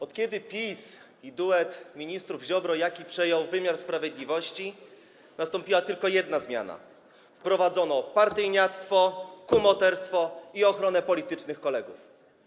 Od kiedy PiS i duet ministrów Ziobry i Jakiego przejął wymiar sprawiedliwości, nastąpiła tylko jedna zmiana: wprowadzono partyjniactwo, kumoterstwo i ochronę politycznych kolegów.